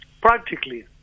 Practically